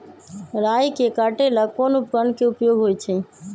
राई के काटे ला कोंन उपकरण के उपयोग होइ छई?